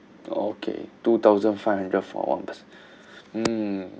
okay two thousand five hundred for one person mm